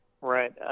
Right